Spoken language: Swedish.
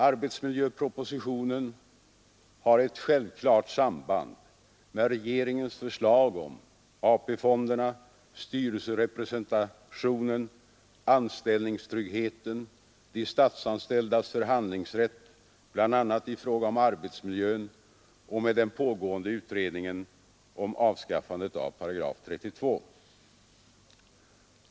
Arbetsmiljöpropositionen har ett självklart samband med regeringens förslag om AP-fonderna, styrelserepresentationen, anställningstryggheten, de statsanställdas förhandlingsrätt bl.a. i fråga om arbetsmiljön och med den pågående utredningen om avskaffande av §32.